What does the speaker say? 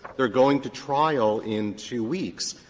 they are going to trial in two weeks.